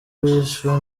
wishwe